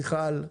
מיכל,